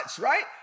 right